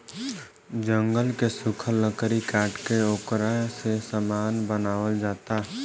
जंगल के सुखल लकड़ी काट के ओकरा से सामान बनावल जाता